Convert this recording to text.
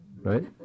right